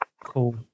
Cool